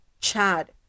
Chad